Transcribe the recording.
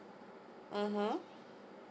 (uh huh)